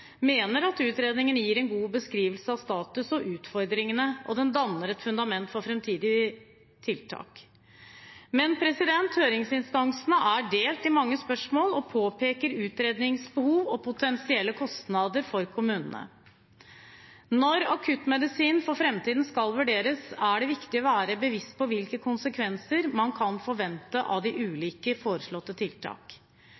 mener at utredningen gir en god beskrivelse av status og utfordringer, og den danner et fundament for framtidige tiltak. Men høringsinstansene er delt i mange spørsmål og påpeker utredningsbehov og potensielle kostnader for kommunene. Når akuttmedisinen for framtiden skal vurderes, er det viktig å være bevisst på hvilke konsekvenser man kan forvente av de